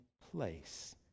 place